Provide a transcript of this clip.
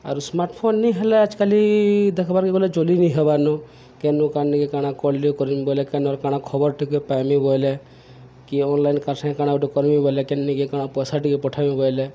ଆରୁ ସ୍ମାର୍ଟ୍ଫୋନ୍ ନିହେଲେ ଆଏଜ୍ କାଲି ଦେଖ୍ବାର୍କେ ଗଲେ ଚଲିନି ହେବାର୍ନ କେନୁ କାର୍ ନିକେ କାଣା କଲ୍ଟେ କର୍ମି ବଏଲେ କେନ କାଣା ଖବର୍ ଟିକେ ପାଏମି ବଏଲେ କି ଅନ୍ଲାଇନ୍ କାର୍ ସାଙ୍ଗ କାଣା ଗୁଟେ କର୍ମି ବଏଲେ କେନ୍ନିକେ କାଣା ପଏସା ଟିକେ ପଠେଇମି ବଏଲେ